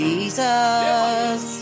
Jesus